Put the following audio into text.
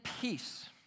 peace